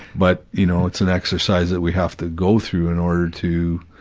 but, you know it's an exercise that we have to go through in order to,